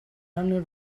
only